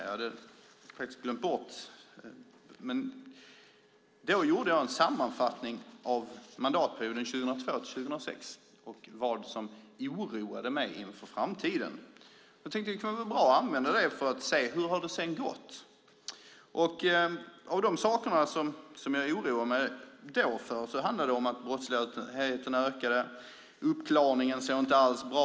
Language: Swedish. Jag hade glömt bort det, men då gjorde jag en sammanfattning av mandatperioden 2002-2006 och vad som oroade mig inför framtiden. Jag tänkte att det kunde vara bra att använda det för att se hur det har gått. De saker som jag oroade mig för då var att brottsligheten ökade och att uppklaringen inte alls såg bra.